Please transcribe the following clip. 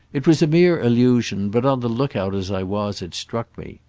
it was a mere allusion, but, on the lookout as i was, it struck me.